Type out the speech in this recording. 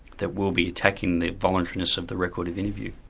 that we'll be attacking the voluntariness of the record of interview.